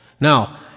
Now